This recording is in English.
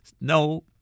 no